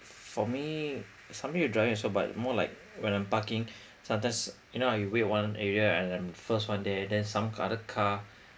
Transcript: for me something with driving also but more like when I'm parking sometimes you know we wait one area and I'm first one there then some other car